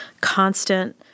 constant